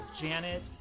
Janet